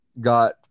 got